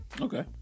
Okay